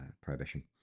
prohibition